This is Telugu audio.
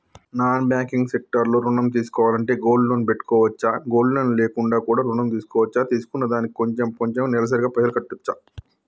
నాన్ బ్యాంకింగ్ సెక్టార్ లో ఋణం తీసుకోవాలంటే గోల్డ్ లోన్ పెట్టుకోవచ్చా? గోల్డ్ లోన్ లేకుండా కూడా ఋణం తీసుకోవచ్చా? తీసుకున్న దానికి కొంచెం కొంచెం నెలసరి గా పైసలు కట్టొచ్చా?